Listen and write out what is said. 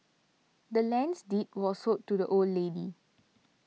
the land's deed was sold to the old lady